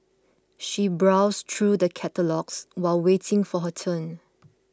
she browsed through the catalogues while waiting for her turn